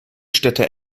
städte